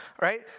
Right